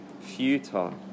futile